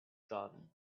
garden